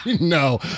No